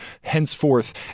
henceforth